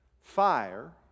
fire